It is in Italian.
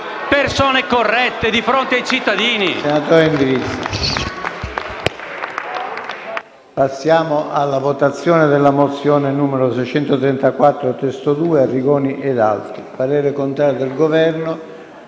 persone corrette di fronte ai cittadini.